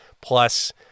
plus